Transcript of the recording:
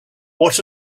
what